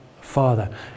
Father